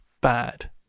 bad